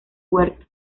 huerto